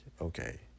okay